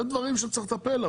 אלה דברים שצריך לטפל בהם.